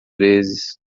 vezes